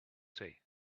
say